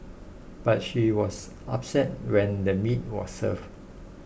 but she was upset when the meat was served